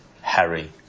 Harry